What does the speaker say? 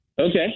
Okay